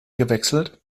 gewechselt